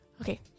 Okay